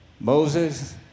moses